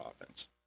offense